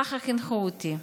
ככה חינכו אותי.